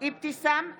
אבתיסאם מראענה,